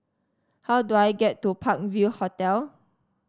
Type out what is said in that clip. how do I get to Park View Hotel